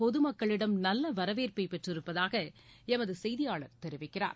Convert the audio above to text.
பொதுமக்களிடம் நல்ல வரவேற்பை பெற்றிருப்தாக எமது செய்தியாளர் தெரிவிக்கிறார்